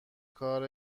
کار